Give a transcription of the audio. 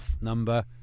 number